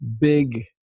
big